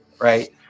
right